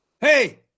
Hey